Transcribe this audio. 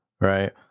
right